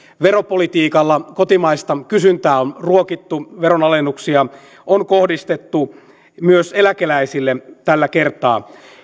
veropolitiikalla kotimaista kysyntää on ruokittu veronalennuksia on kohdistettu myös eläkeläisille tällä kertaa